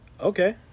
Okay